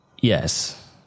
yes